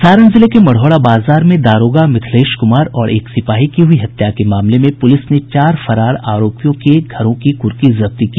सारण जिले के मढ़ौरा बाजार में दारोगा मिथिलेश कुमार और एक सिपाही की हुई हत्या के मामले में पुलिस ने चार फरार आरोपियों की घरों की कुर्की जब्ती की